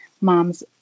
mom's